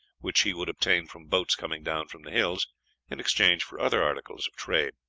which he would obtain from boats coming down from the hills in exchange for other articles of trade.